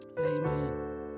Amen